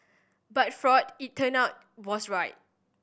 but Freud it turned out was right